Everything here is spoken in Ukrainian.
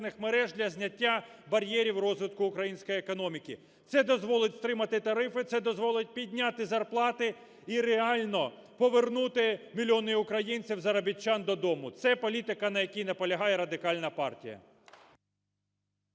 Це дозволить стримати тарифи, це дозволить підняти зарплати і реально повернути мільйони українців-заробітчан додому. Це політика, на якій наполягає Радикальна партія.